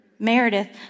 Meredith